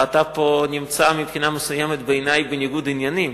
ובעיני אתה נמצא פה מבחינה מסוימת בניגוד עניינים,